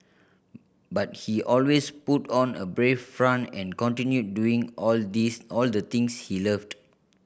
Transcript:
but he always put on a brave front and continued doing all these all the things he loved